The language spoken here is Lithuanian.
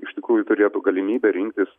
iš tikrųjų turėtų galimybę rinktis